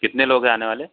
कितने लोग हैं आने वाले